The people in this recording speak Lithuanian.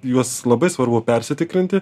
juos labai svarbu persitikrinti